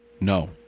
No